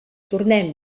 tornem